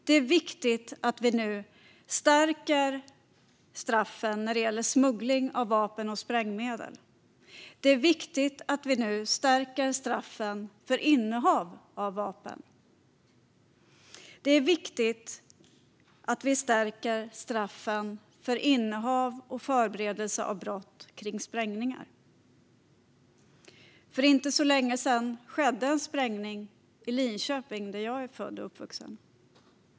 Det är viktigt att vi nu skärper straffen när det gäller smuggling av vapen och sprängmedel. Det är viktigt att vi nu skärper straffen för innehav av vapen. Det är viktigt att vi skärper straffen för innehav av sprängmedel och förberedelse till brott vad gäller sprängningar. För inte så länge sedan skedde en sprängning i Linköping, där jag är född och uppvuxen.